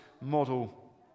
model